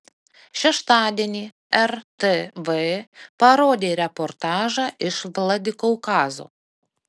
šeštadienį rtv parodė reportažą iš vladikaukazo